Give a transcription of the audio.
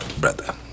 brother